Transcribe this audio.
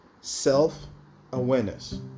self-awareness